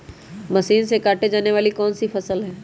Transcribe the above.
Machine से काटे जाने वाली कौन सी फसल है?